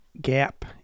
gap